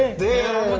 ah dare!